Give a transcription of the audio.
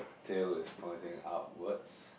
tail is pointing upwards